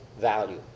value